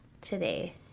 today